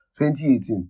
2018